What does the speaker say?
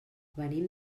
venim